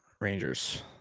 Rangers